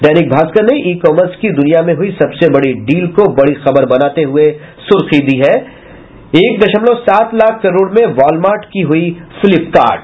दैनिक भास्कर ने e commerce की दुनिया में हुई सबसे बड़ी डील को बड़ी खबर बनाते हुए सुर्खी दी है एक दशमलव सात लाख करोड़ में वॉलमार्ट की हुई फ्लिपकार्ट